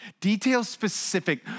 detail-specific